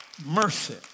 mercy